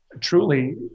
truly